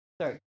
Sorry